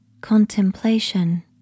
contemplation